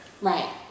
right